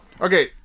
Okay